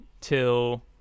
till